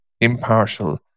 impartial